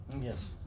Yes